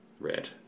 red